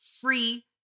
free